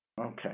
Okay